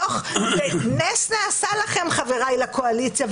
חבריי לקואליציה,